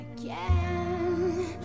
again